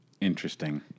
Interesting